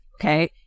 okay